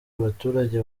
abaturage